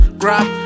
grab